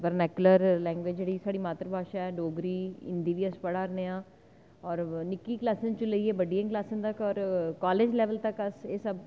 vernacular साढ़ी मात्तर भाशा ऐ डोगरी हिंदी बी अस पढ़ा नेआं होर निक्कियें क्लासें कोला लेइयै बड्डियें क्लासें तगर कॉलेज लैवल तक्क अस एह् सब